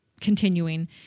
continuing